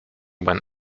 when